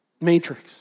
Matrix